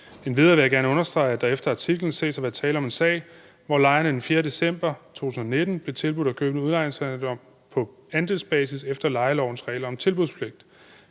Endvidere vil jeg gerne understrege, at der efter artiklen ses at være tale om en sag, hvor lejerne den 4. december 2019 blev tilbudt at købe en udlejningsejendom på andelsbasis efter lejelovens regler om tilbudspligt.